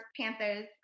Panthers